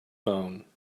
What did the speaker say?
bone